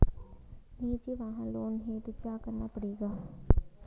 निजी वाहन लोन हेतु क्या करना पड़ेगा?